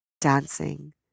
dancing